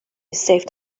saved